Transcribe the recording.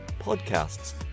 podcasts